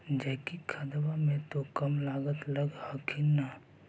जैकिक खदबा मे तो कम लागत लग हखिन न?